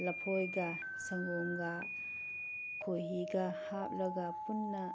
ꯂꯐꯣꯏꯒ ꯁꯪꯒꯣꯝꯒ ꯈꯣꯍꯤꯒ ꯍꯥꯞꯂꯒ ꯄꯨꯟꯅ